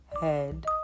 head